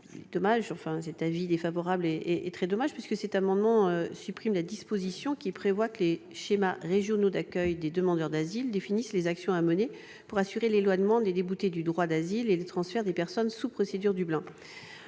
Cet amendement vise en effet à supprimer la disposition selon laquelle les schémas régionaux d'accueil des demandeurs d'asile définissent les actions à mener pour assurer l'éloignement des déboutés du droit d'asile et les transferts des personnes sous procédure Dublin.